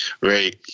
right